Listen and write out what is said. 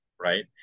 right